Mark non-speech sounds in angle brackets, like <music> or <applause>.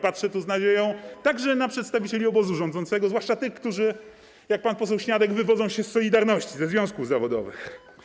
Patrzę tu z nadzieją <noise> także na przedstawicieli obozu rządzącego, zwłaszcza tych, którzy jak pan poseł Śniadek, wywodzą się z „Solidarności”, ze związków zawodowych.